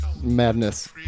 madness